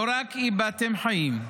לא רק איבדתם חיים,